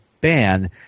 ban